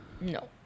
No